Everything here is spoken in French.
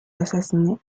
assassinés